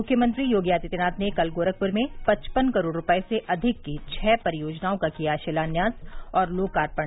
मुख्यमंत्री योगी आदित्यनाथ ने कल गोरखपुर में पचपन करोड़ रूपये से अधिक की छ परियोजनाओं का किया शिलान्यास और लोकार्पण